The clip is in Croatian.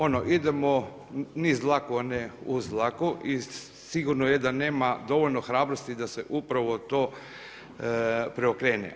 Ono idemo niz dlaku a ne uz dlaku i sigurno je da nema dovoljno hrabrosti da se upravo to preokrene.